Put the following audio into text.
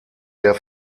der